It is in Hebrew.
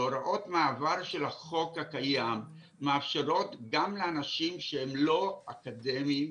והוראות המעבר של החוק הקיים מאפשרות גם לאנשים שהם לא אקדמיים,